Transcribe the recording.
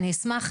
אני אשמח,